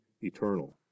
eternal